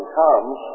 comes